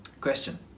Question